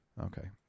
okay